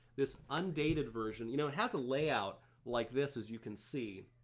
this undated version. you know it has a layout like this as you can see.